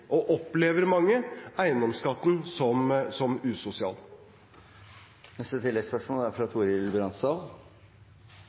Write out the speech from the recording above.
og opplever mange – eiendomsskatten som usosial.